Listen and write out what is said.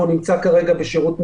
והוא נמצא כרגע בשירות מילואים.